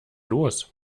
los